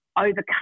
overcome